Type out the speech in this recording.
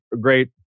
great